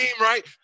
right